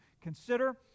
consider